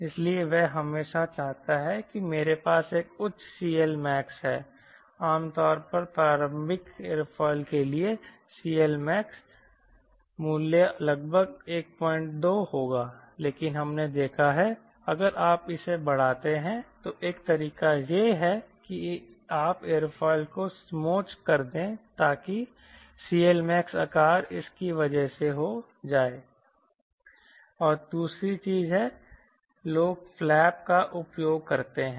इसलिए वह हमेशा चाहता है कि मेरे पास एक उच्च CLMax है आमतौर पर पारंपरिक एयरोफिल के लिए CLMax मूल्य लगभग 12 होगा लेकिन हमने देखा है अगर आप इसे बढ़ाते हैं तो एक तरीका यह है कि आप एयरोफिल को समोच्च कर दें ताकि CLMax आकार इसकी वजह से हो जाए और दूसरी चीज है लोग फ्लैप का उपयोग करते हैं